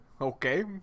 Okay